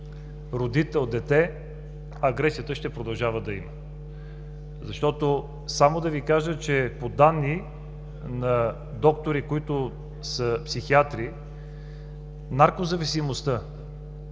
родител – дете, агресията ще продължава да я има. Защото, само да Ви кажа, че по данни на доктори, които са психиатри, наркозависимостта